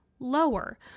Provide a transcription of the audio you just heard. lower